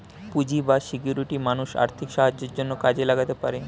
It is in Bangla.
পুঁজি বা সিকিউরিটি মানুষ আর্থিক সাহায্যের জন্যে কাজে লাগাতে পারে